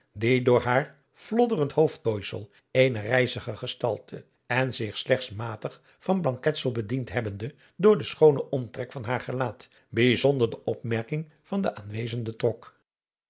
die door haar flodderend hoofdtooisel eene rijzige gestalte en zich slechts matig van blanketsel bediend hebbende door den schoonen omtrek van haar gelaat bijzonder de opmerking van de aanwezenden trok